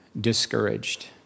discouraged